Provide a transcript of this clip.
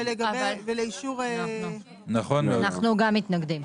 גם אנחנו מתנגדים.